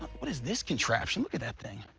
what is this contraption? look at that thing.